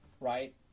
right